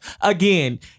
Again